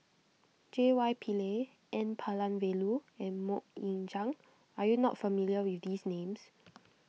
J Y Pillay N Palanivelu and Mok Ying Jang are you not familiar with these names